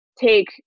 take